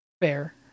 Fair